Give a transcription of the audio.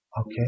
Okay